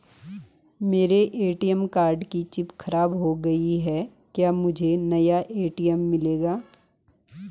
मेरे ATM card की chip खराब हो गयी है क्या मुझे नया ए.टी.एम मिलेगा?